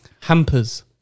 hampers